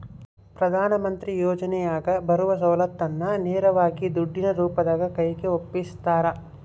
ಪ್ರಧಾನ ಮಂತ್ರಿ ಯೋಜನೆಯಾಗ ಬರುವ ಸೌಲತ್ತನ್ನ ನೇರವಾಗಿ ದುಡ್ಡಿನ ರೂಪದಾಗ ಕೈಗೆ ಒಪ್ಪಿಸ್ತಾರ?